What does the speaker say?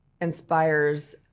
inspires